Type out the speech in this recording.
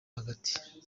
hagati